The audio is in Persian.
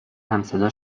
همصدا